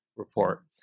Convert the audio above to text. report